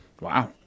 Wow